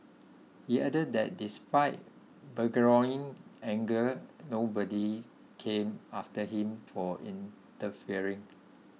he added that despite burgeoning anger nobody came after him for interfering